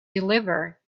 deliver